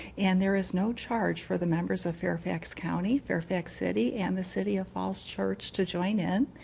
and there is no charge for the members of fairfax county fairfax city and the city of falls church to join in.